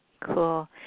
Cool